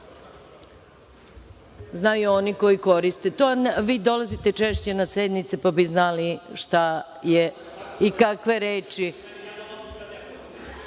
oni koji koriste to. Vi dolazite češće na sednice pa bi znali šta je i kakve